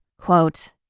quote